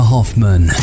Hoffman